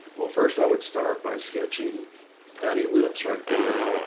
well, first i would start by sketching that ellipse right there.